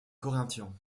corinthians